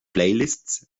playlists